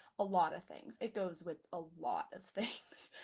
a lot of things. it goes with a lot of things.